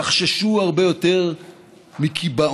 תחששו הרבה יותר מקיבעון,